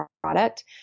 product